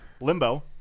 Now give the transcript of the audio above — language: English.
Limbo